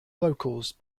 vocals